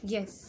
Yes